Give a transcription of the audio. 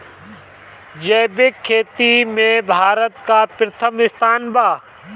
जैविक खेती में भारत का प्रथम स्थान बा